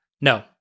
no